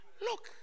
look